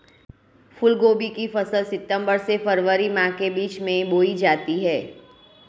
फूलगोभी की फसल सितंबर से फरवरी माह के बीच में बोई जाती है